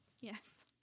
yes